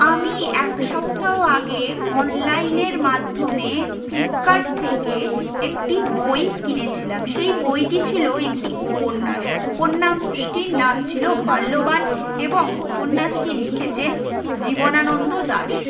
আমি এক সপ্তাহ আগে অনলাইনের মাধ্যমে ফ্লিপকার্ট থেকে একটি বই কিনেছিলাম সেই বইটি ছিল একটি উপন্যাস উপন্যাসটির নাম ছিল মাল্যবান এবং উপন্যাসটি লিখেছেন জীবনানন্দ দাশ